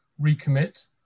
recommit